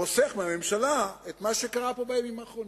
חוסך מהממשלה את מה שקרה פה בימים האחרונים.